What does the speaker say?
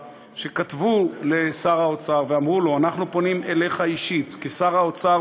שכתבו לשר האוצר ואמרו לו: "אנחנו פונים אליך אישית כשר האוצר